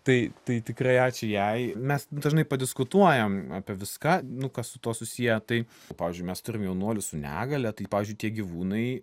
tai tai tikrai ačiū jai mes dažnai padiskutuojam apie viską nu kas su tuo susiję tai pavyzdžiui mes turim jaunuolį su negalia tai pavyzdžiui tie gyvūnai